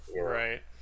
right